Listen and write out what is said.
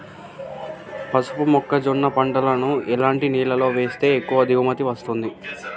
పసుపు మొక్క జొన్న పంటలను ఎలాంటి నేలలో వేస్తే ఎక్కువ దిగుమతి వస్తుంది?